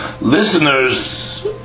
listeners